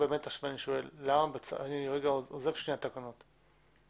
עוזב לרגע את התקנות.